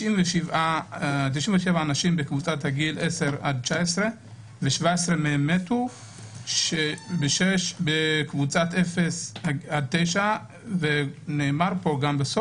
97 בקבוצת הגיל 10-19 ו-17 מהם מתו מקבוצת 0-9. נאמר עוד,